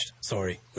sorry